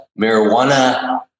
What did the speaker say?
marijuana